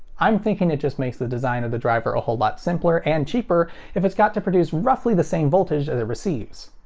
i'm thinking it just makes the design of the driver a whole lot simpler and cheaper if it's got to produce roughly the same voltage as it receives.